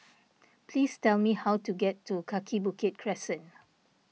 please tell me how to get to Kaki Bukit Crescent